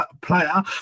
player